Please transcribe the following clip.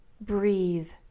Breathe